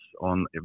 on